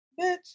Bitch